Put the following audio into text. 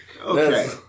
Okay